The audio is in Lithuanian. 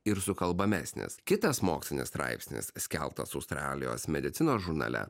ir sukalbamesnis kitas mokslinis straipsnis skelbtas australijos medicinos žurnale